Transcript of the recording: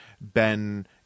Ben